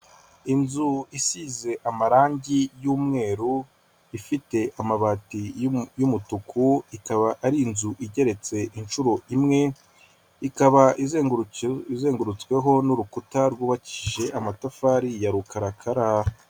Inzu isize amarangi y'umweru, ifite amabati y'umutuku, ikaba ari inzu igeretse inshuro imwe, ikaba izengurutsweho n'urukuta rwubakije amatafari ya rukarakara.